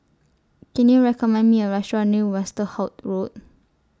Can YOU recommend Me A Restaurant near Westerhout Road